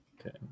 Okay